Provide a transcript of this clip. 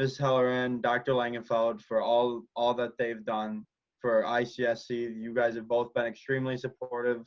mrs. heller and dr. langenfeld for all all that they've done for icsc. ah you guys have both been extremely supportive